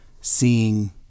seeing